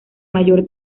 mayor